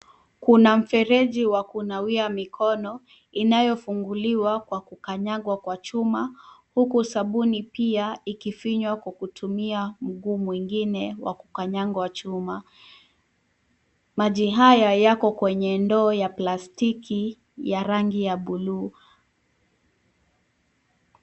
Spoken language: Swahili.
Kuna mfereji wa kunawia mikono, inayofunguliwa kwa kukanyagwa kwa chuma huku sabuni pia, ikifinywa kutumia mguu mwingine wa kukanyaga wa chuma. Maji haya yako kwenye ndoo ya plastiki ya rangi ya buluu.